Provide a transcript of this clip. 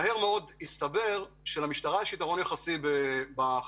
מהר מאוד הסתבר שלמשטרה יש יתרון יחסי בחקירה.